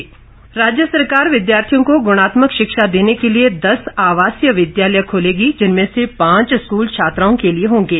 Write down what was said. मुख्यमंत्री राज्य सरकार विद्यार्थियों को गुणात्मक शिक्षा देने के लिए दस आवासीय विद्यालय खोलेगी जिनमें से पांच स्कूल छात्राओं के लिए होंगे